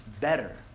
better